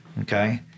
okay